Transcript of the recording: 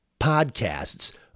Podcasts